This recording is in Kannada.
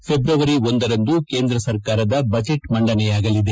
ಫೆಬ್ರವರಿ ಒಂದರಂದು ಕೇಂದ್ರ ಸರ್ಕಾರದ ಬಜೆಟ್ ಮಂಡನೆಯಾಗಲಿದೆ